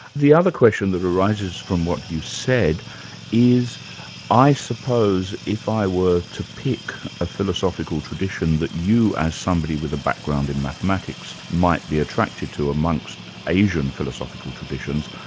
the other question that arises from what you said is i suppose if i were to pick a philosophical tradition that you as somebody with a background in mathematics might be attracted to amongst asian philosophical traditions,